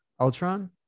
Ultron